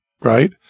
Right